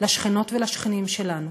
לשכנות ולשכנים שלנו,